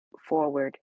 forward